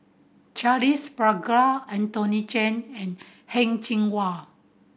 Charles Paglar Anthony Chen and Heng Cheng Hwa